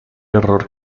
error